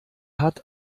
hat